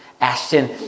Ashton